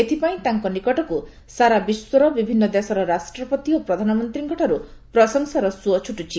ଏଥିପାଇଁ ତାଙ୍କ ନିକଟକୁ ସାରା ବିଶ୍ୱର ବିଭିନ୍ନ ଦେଶର ରାଷ୍ଟ୍ରପତି ଓ ପ୍ରଧାନମନ୍ତ୍ରୀଙ୍କଠାରୁ ପ୍ରଶଂସାର ସୁଅ ଛୁଟୁଛି